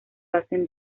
hacen